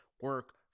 Work